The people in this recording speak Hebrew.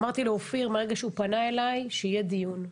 אמרתי לאופיר מרגע שהוא פנה אלי, שיהיה דיון.